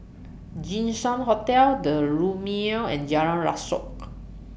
Jinshan Hotel The Lumiere and Jalan Rasok